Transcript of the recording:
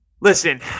Listen